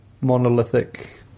monolithic